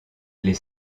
les